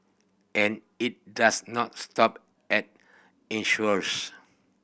and it does not stop at insurers